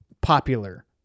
popular